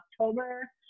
October